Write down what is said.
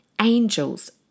angels